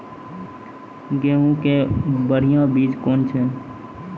गेहूँ के बढ़िया बीज कौन छ?